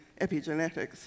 epigenetics